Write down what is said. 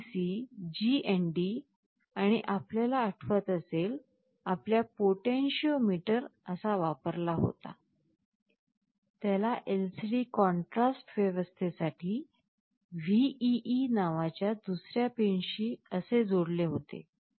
Vcc GND आणि आपल्याला आठवत असेल आपण पोटेंशिओमीटर असा वापरला होता त्याला LCD कॉन्ट्रास्ट व्यवस्थेसाठी VEE नावाच्या दुसर्या पिनशी असे जोडले होते